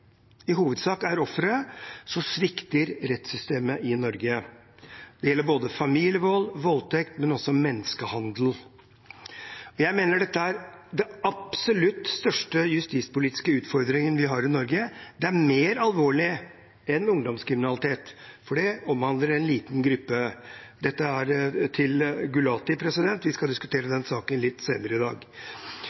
i hovedsak er ofre, svikter rettssystemet i Norge. Det gjelder både familievold og voldtekt, men også menneskehandel. Jeg mener dette er den absolutt største justispolitiske utfordringen vi har i Norge. Det er mer alvorlig enn ungdomskriminalitet, for det omhandler en liten gruppe. Dette er til representanten Gulati – vi skal diskutere den saken litt senere i dag.